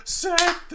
set